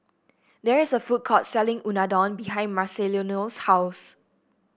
there is a food court selling Unadon behind Marcelino's house